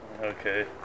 okay